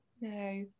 No